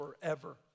forever